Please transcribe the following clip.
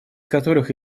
которых